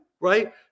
Right